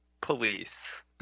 police